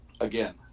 again